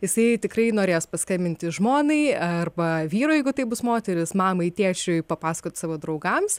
jisai tikrai norės paskambinti žmonai arba vyrui jeigu tai bus moteris mamai tėčiui papasakot savo draugams